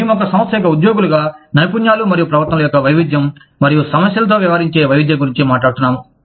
మేము ఒక సంస్థ యొక్క ఉద్యోగులుగా నైపుణ్యాలు మరియు ప్రవర్తనల యొక్క వైవిధ్యం మరియు సమస్యలతో వ్యవహరించే వైవిధ్యం గురించి మాట్లాడుతున్నాము